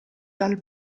dal